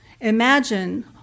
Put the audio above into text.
imagine